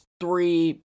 three